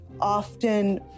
often